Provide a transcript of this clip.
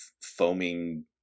foaming